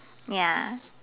ya